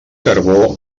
carbó